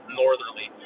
northerly